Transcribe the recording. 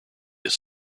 this